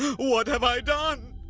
what have i done?